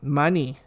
money